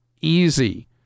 easy